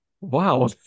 wow